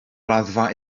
raddfa